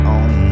on